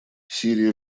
сирия